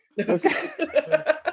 Okay